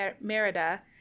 Merida